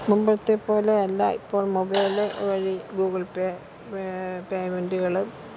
മുമ്പോഴത്തെ പോലെ അല്ല ഇപ്പോള് മൊബൈൽ വഴി ഗൂഗിള് പേ വേ പേമെന്റ്കൾ